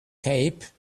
cape